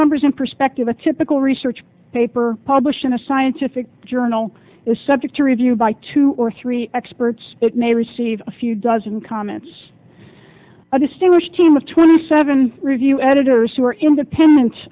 numbers in perspective a typical research paper published in a scientific journal is subject to review by two or three experts it may receive a few dozen comments a distinguished team of twenty seven review editors who are independent